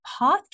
Podcast